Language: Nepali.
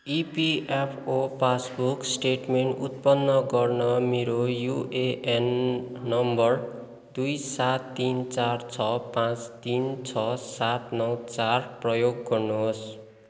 इपिएफओ पासबुक स्टेटमेन्ट उत्पन्न गर्न मेरो युएएन नम्बर दुई सात तिन चार छ पाँच तिन छ सात नौ चार प्रयोग गर्नुहोस्